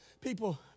people